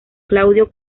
claudio